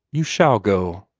you shall go,